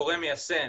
גורם מיישם.